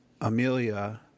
Amelia